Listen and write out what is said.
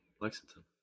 lexington